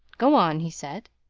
go on, he said.